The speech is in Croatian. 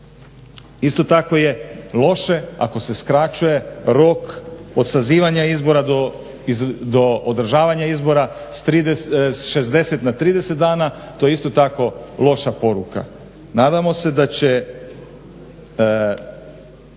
Isto tako je loše ako se skraćuje rok od sazivanja izbora do održavanja izbora sa 60 na 30 dana. To je isto tako loša poruka.